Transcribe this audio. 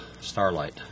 Starlight